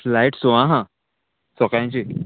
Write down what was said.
flight सोआ आसा सोकाणची